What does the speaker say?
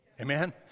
Amen